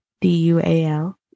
D-U-A-L